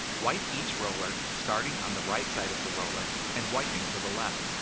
wipe each roller starting on the right side of the roller and wiping to the left.